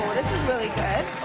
this is really good.